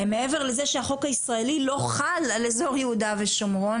מעבר לזה שהחוק הישראלי לא חל על אזור יהודה ושומרון,